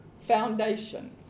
foundation